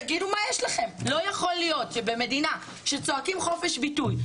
תגידו מה יש לכם?' לא יכול להיות שבמדינה שצועקים חופש ביטוי,